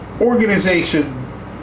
organization